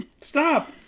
Stop